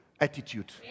attitude